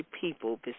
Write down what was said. people